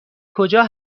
کجا